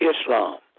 Islam